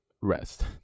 rest